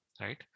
right